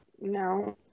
No